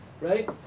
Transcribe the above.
right